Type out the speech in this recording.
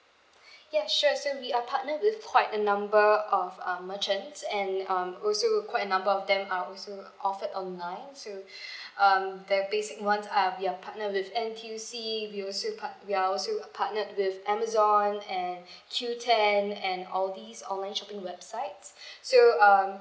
ya sure so we are partnered with quite a number of um merchants and um also quite a number of them are also offered online so um the basic ones are we are partnered with N_T_U_C we also part~ we are also partnered with amazon and qoo10 and all these online shopping websites so um